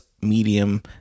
medium